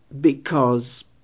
Because